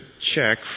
check